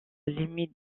limite